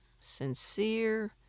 sincere